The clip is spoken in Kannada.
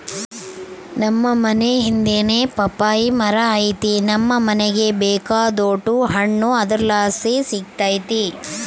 ನಮ್ ಮನೇ ಹಿಂದೆನೇ ಪಪ್ಪಾಯಿ ಮರ ಐತೆ ನಮ್ ಮನೀಗ ಬೇಕಾದೋಟು ಹಣ್ಣು ಅದರ್ಲಾಸಿ ಸಿಕ್ತತೆ